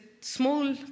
small